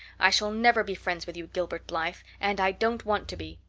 i shall never be friends with you, gilbert blythe and i don't want to be!